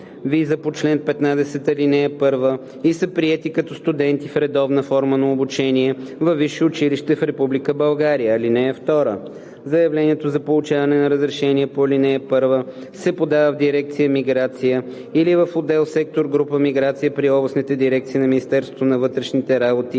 виза по чл. 15, ал. 1 и са приети като студенти в редовна форма на обучение във висше училище в Република България. (2) Заявление за получаване на разрешение по ал. 1 се подава в дирекция „Миграция“ или в отдел/сектор/група „Миграция“ при областните дирекции на Министерството на вътрешните работи